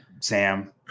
Sam